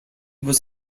was